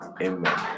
amen